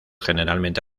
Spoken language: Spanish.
generalmente